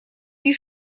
die